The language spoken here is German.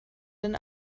denn